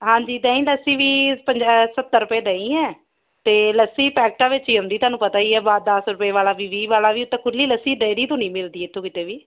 ਹਾਂਜੀ ਦਹੀਂ ਲੱਸੀ ਵੀ ਸੱਤਰ ਰੁਪਏ ਦਹੀਂ ਹੈ ਅਤੇ ਲੱਸੀ ਪੈਕਟਾਂ ਵਿੱਚ ਹੀ ਆਉਂਦੀ ਤੁਹਾਨੂੰ ਪਤਾ ਹੀ ਹੈ ਦਸ ਰੁਪਏ ਵਾਲਾ ਵੀ ਵੀਹ ਵਾਲਾ ਵੀ ਅਤੇ ਖੁੱਲ੍ਹੀ ਲੱਸੀ ਡੇਅਰੀ ਤੋਂ ਨੀ ਮਿਲਦੀ ਇੱਥੋਂ ਕਿਤੇ ਵੀ